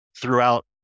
Throughout